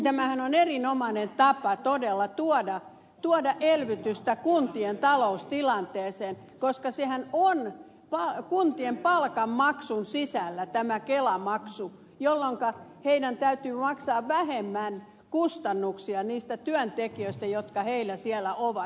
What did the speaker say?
tämähän on erinomainen tapa todella tuoda elvytystä kuntien taloustilanteeseen koska sehän on kuntien palkanmaksun sisällä tämä kelamaksu jolloinka heidän täytyy maksaa vähemmän kustannuksia niistä työntekijöistä jotka heillä siellä ovat